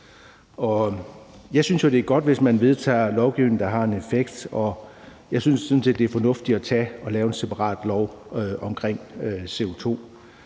Jeg synes jo, det er godt, hvis man vedtager lovgivning, der har en effekt, og jeg synes sådan set, det er fornuftigt at tage og lave en separat lov omkring